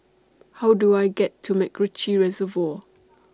How Do I get to Macritchie Reservoir